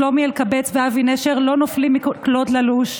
שלומי אלקבץ ואבי נשר לא נופלים מקלוד ללוש,